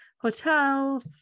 hotel